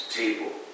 table